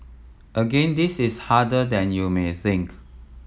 again this is harder than you may think